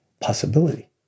possibility